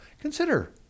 consider